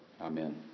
Amen